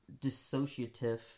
dissociative